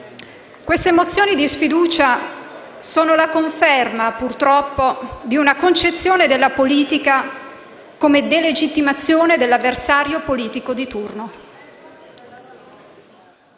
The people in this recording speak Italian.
queste mozioni di sfiducia sono la conferma, purtroppo, di una concezione della politica come delegittimazione dell'avversario politico di turno.